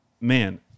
man